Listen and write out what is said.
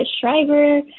Shriver